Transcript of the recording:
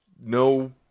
no